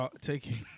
taking